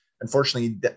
unfortunately